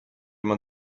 man